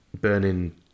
Burning